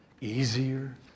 Easier